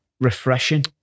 refreshing